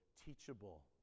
teachable